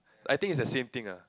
I think it's the same thing ah